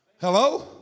Hello